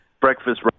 breakfast